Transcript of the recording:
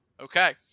Okay